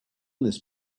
this